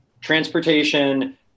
transportation